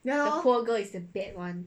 the poor girl is the bad one